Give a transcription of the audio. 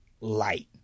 light